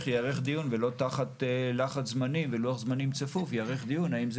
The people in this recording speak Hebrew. דיון ולא תחת לחץ זמנים ולוח זמנים צפוף האם זה